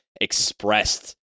expressed